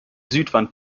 südwand